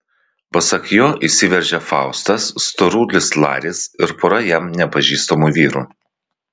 pasak jo įsiveržė faustas storulis laris ir pora jam nepažįstamų vyrų